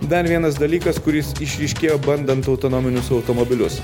dar vienas dalykas kuris išryškėjo bandant autonominius automobilius